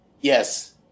Yes